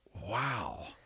Wow